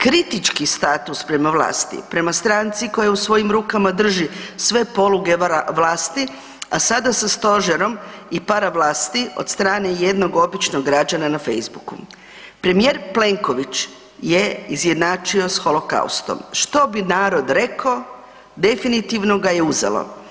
Kritički status prema vlasti i prema stranci koja u svojim rukama drži sve poluge vlasti a sada sa stožerom i paravlasti od strane jednog običnog građana na Facebooku, premijer Plenković je izjednačio sa holokaustom, što bi narod reko, definitivno ga je uzelo.